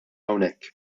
hawnhekk